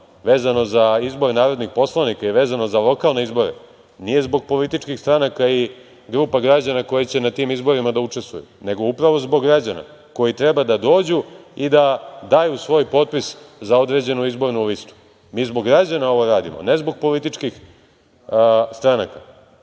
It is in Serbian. vezano za izbor narodnih poslanika i vezano za lokalne izbore, nije zbog političkih stranaka i grupa građana koji će na tim izborima da učestvuju, nego upravo zbog građana koji treba da dođu i da daju svoj potpis za određenu izbornu listu. Mi zbog građana ovo radimo, ne zbog političkih stranaka.